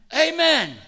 Amen